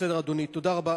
בסדר, אדוני, תודה רבה.